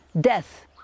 death